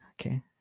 okay